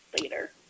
later